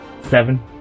seven